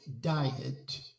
diet